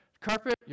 carpet